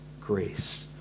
grace